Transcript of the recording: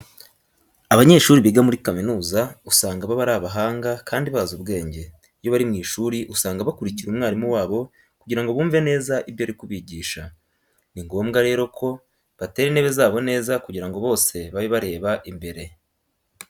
Abanyeshuri biga muri kaminuza usanga baba ari abahanga kandi bazi ubwenge. Iyo bari mu ishuri usanga bakurikira umwarimu wabo kugira ngo bumve neza ibyo ari kubigisha. Ni ngombwa rero ko batera intebe zabo neza kugira ngo bose babe bareba imbere.